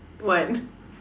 what